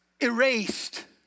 erased